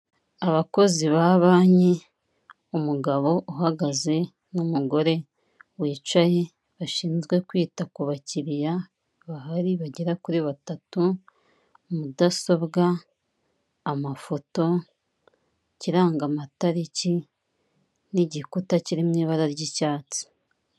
Abakozi ba banki, umugabo uhagaze n'umugore bicaye bashinzwe kwita ku bakiriya bahari bagera kuri batatu, mudasobwa, amafoto, ikirangamatariki, n'igikuta kiri mu ibara ry'icyatsi.